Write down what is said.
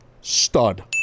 Stud